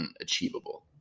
unachievable